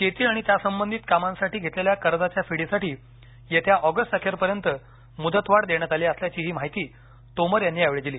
शेती आणि त्यासंबंधित कामांसाठी घेतलेल्या कर्जाच्या फेडीसाठी येत्या ऑगस्ट अखेरपर्यंत मुदतवाढ देण्यात आली असल्याचीही माहिती तोमर यांनी यावेळी दिली